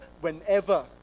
whenever